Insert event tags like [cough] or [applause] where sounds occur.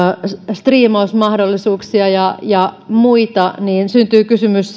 striimausmahdollisuuksia ja ja muita niin syntyy kysymys [unintelligible]